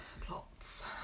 plots